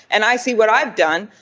and i see what i've done,